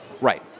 right